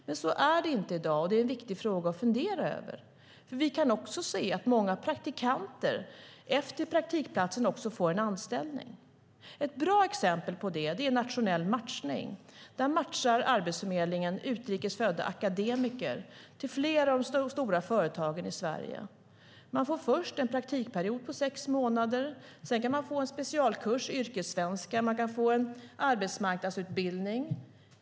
Men så är det inte i dag, och det är en viktig fråga att fundera över. Vi kan nämligen också se att många praktikanter efter praktikplatsen också får en anställning. Ett bra exempel på det är nationell matchning. Där matchar Arbetsförmedlingen utrikes födda akademiker mot flera av de stora företagen i Sverige. De får först en praktikperiod på sex månader, sedan kan de få en specialkurs i yrkessvenska och en arbetsmarknadsutbildning.